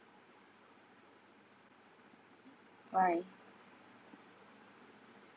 why